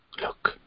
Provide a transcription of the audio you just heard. look